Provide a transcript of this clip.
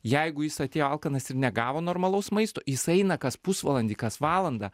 jeigu jis atėjo alkanas ir negavo normalaus maisto jis eina kas pusvalandį kas valandą